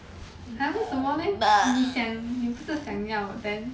!huh! 为什么 leh 你讲你不是想要 then